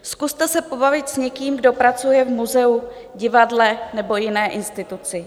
Zkuste se pobavit s někým, kdo pracuje v muzeu, divadle nebo jiné instituci.